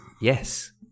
Yes